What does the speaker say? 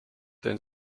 teen